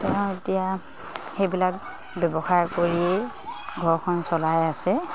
তেওঁ এতিয়া সেইবিলাক ব্যৱসায় কৰিয়েই ঘৰখন চলাই আছে